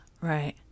Right